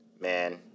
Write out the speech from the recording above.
Man